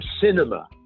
cinema